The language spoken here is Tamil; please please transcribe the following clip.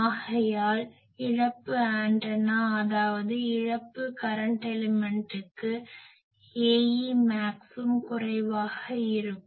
ஆகையால் இழப்பு ஆண்டனா அதாவது இழப்பு கரன்ட் எலிமென்ட்டுக்கு Aemaxஉம் குறைவாக இருக்கும்